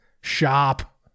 shop